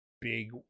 big